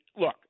look